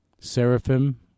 Seraphim